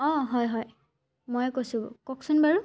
অঁ হয় হয় মই কৈছোঁ কওকচোন বাৰু